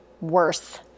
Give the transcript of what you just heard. worse